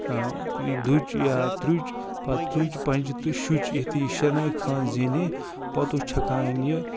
یہِ دُچ یا تُرٛچ پتہٕ ژُچ پنٛجہِ تہٕ شُچ یُتھُے یہِ شٮ۪نؤے خانہٕ زینہِ ہے پتہٕ اوس چھَکان یہِ